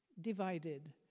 divided